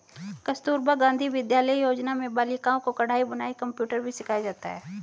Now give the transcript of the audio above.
कस्तूरबा गाँधी बालिका विद्यालय योजना में बालिकाओं को कढ़ाई बुनाई कंप्यूटर भी सिखाया जाता है